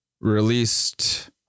Released